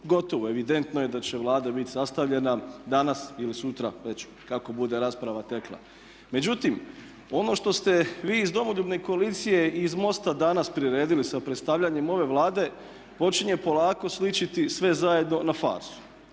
Gotovo je, evidentno je da će Vlada biti sastavljena danas ili sutra već kako bude rasprava tekla. Međutim, ono što ste vi iz Domoljubne koalicije i iz MOST-a danas priredili sa predstavljanjem ove Vlade počinje polako sličiti sve zajedno na farsu.